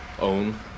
own